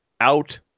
out